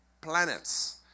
planets